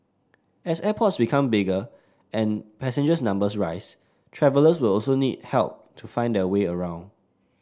as airports become bigger and passenger numbers rise travellers will also need help to find their way around